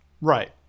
Right